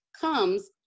comes